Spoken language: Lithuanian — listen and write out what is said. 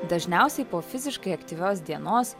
dažniausiai po fiziškai aktyvios dienos